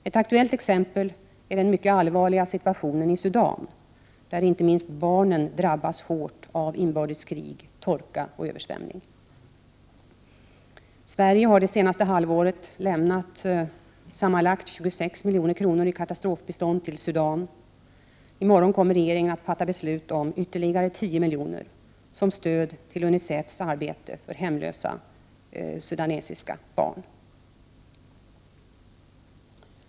Ett aktuellt exempel är den mycket allvarliga situationen i Sudan, där inte minst barnen drabbas hårt av inbördeskrig, torka och översvämning. Sverige har det senaste halvåret lämnat sammanlagt 26 milj.kr. i katastrofbistånd till Sudan. I morgon kommer regeringen att fatta beslut om ytterligare 10 milj.kr. som stöd till UNICEF:s arbete för hemlösa sudanesiska barn.